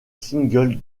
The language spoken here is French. single